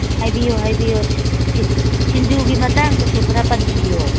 ꯍꯥꯏꯕꯤꯌꯨ ꯍꯥꯏꯕꯤꯌꯨ ꯁꯤꯡꯖꯨꯒꯤ ꯃꯇꯥꯡꯗꯁꯨ ꯈꯔ ꯄꯟꯕꯤꯌꯨ